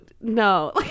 no